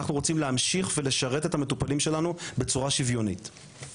אנחנו רוצים להמשיך ולשרת את המטופלים שלנו בצורה שוויונית.